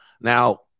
Now